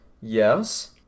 Yes